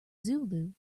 zulu